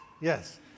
Yes